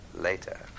later